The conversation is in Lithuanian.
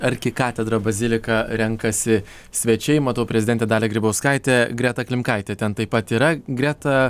arkikatedrą baziliką renkasi svečiai matau prezidentę dalią grybauskaitę greta klimkaitė ten taip pat yra greta